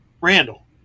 Randall